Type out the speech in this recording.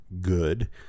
good